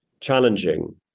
challenging